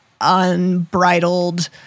unbridled